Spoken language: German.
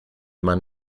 man